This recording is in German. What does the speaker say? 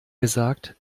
gesagt